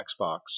Xbox